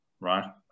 right